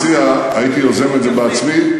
הייתי יוזם את זה בעצמי,